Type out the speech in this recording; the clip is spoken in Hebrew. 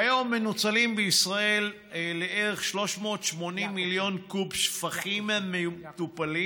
כיום מנוצלים בישראל בערך 380 מיליון קוב שפכים מטופלים